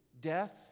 death